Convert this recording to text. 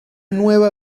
nueva